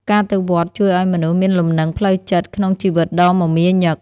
ការទៅវត្តជួយឱ្យមនុស្សមានលំនឹងផ្លូវចិត្ត ក្នុងជីវិតដ៏មមាញឹក។